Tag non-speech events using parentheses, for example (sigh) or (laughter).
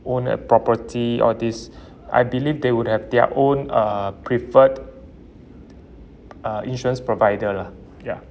own a property all this (breath) I believe they would have their own uh preferred uh insurance provider lah ya